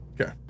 Okay